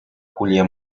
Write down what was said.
julia